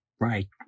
Right